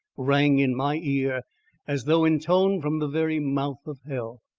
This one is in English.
rang in my ear as though intoned from the very mouth of hell.